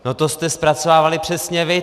To jste zpracovávali přesně vy!